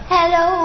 Hello